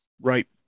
Right